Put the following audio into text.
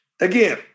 again